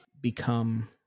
become